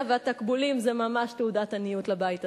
והתקבולים זה ממש תעודת עניות לבית הזה,